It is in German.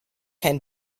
kein